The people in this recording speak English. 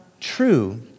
true